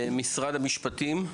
משרד המשפטים?